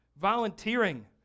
volunteering